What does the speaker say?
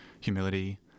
humility